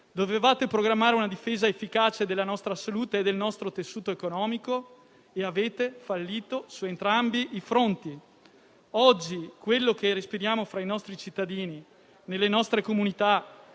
Dovevate programmare una difesa efficace della nostra salute e del nostro tessuto economico e avete fallito su entrambi i fronti. Oggi quello che respiriamo fra i nostri cittadini, nelle nostre comunità